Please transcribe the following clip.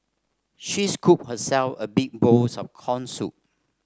she scooped herself a big bowls of corn soup